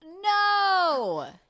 No